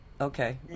Okay